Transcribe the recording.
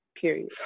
period